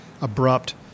abrupt